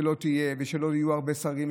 שלא תהיה ושלא יהיו הרבה שרים,